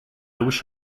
wish